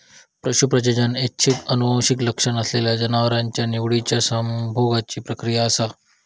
पशू प्रजनन ऐच्छिक आनुवंशिक लक्षण असलेल्या जनावरांच्या निवडिच्या संभोगाची प्रक्रिया असा